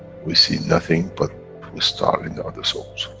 we see nothing but the star in the other souls.